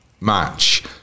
match